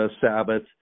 Sabbath